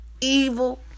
Evil